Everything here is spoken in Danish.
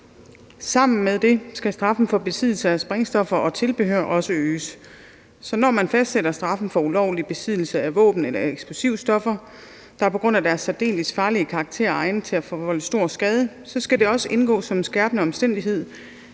Sammen med det skal straffen for besiddelse af sprængstoffer og tilbehør også øges, så når man fastsætter straffen for ulovlig besiddelse af våben eller eksplosivstoffer, der på grund af deres særdeles farlige karakter er egnet til at forvolde stor skade, så skal det også indgå som en skærpende omstændighed,